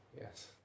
Yes